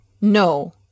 No